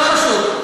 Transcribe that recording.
לא חשוב.